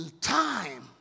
time